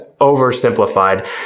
oversimplified